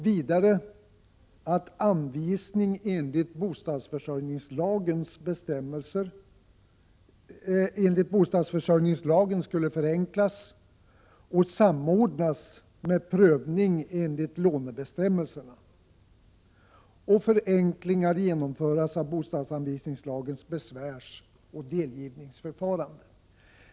Vidare menade man att anvisning enligt bostadsförsörjningslagen skulle förenklas och samordnas med prövning enligt lånebestämmelserna och förenklingar genomföras av bostadsanvisningslagens besvärsoch delgivningsförfarande.